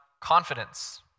confidence